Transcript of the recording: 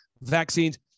vaccines